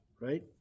right